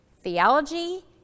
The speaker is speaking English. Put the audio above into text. theology